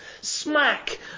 Smack